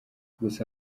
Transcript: gusa